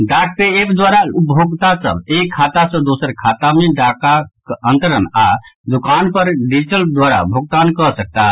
डाक pay app द्वारा उपभोक्ता सभ एक खाता सॅ दोसर खाता मे टाकाक अंतरण आओर दुकान पर डिजिटल द्वारा भोगतान कऽ सकताह